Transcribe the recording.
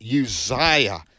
Uzziah